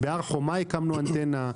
בהר חומה הקמנו אנטנה.